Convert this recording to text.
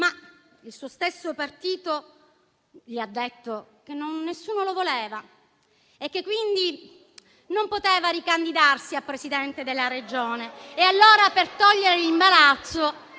Il suo stesso partito, però, gli ha detto che nessuno lo voleva e che quindi non poteva ricandidarsi a Presidente della Regione. Allora, per eliminare l'imbarazzo,